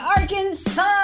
Arkansas